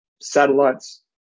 satellites